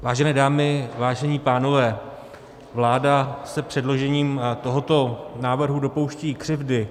Vážené dámy, vážení pánové, vláda se předložením tohoto návrhu dopouští křivdy.